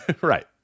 right